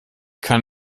kann